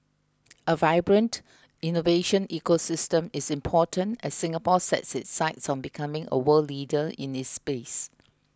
a vibrant innovation ecosystem is important as Singapore sets its sights on becoming a world leader in this space